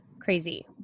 crazy